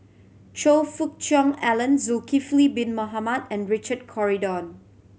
Choe Fook Cheong Alan Zulkifli Bin Mohamed and Richard Corridon